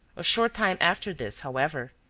a short time after this, however,